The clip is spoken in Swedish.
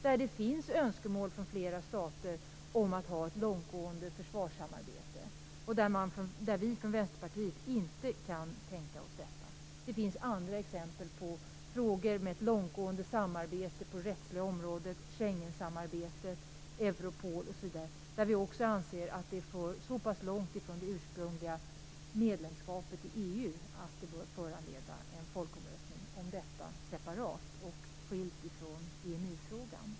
Där finns önskemål från flera stater om ett långtgående försvarssamarbete och där vi från Vänsterpartiet inte kan tänka oss detta. Det finns andra exempel - frågor om ett långtgående samarbete på det rättsliga området, Schengensamarbetet, Europol osv. - där vi också anser att det för så pass långt från det ursprungliga medlemskapet i EU att det bör föranleda en folkomröstning om det separat och skilt från EMU-frågan.